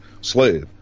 slave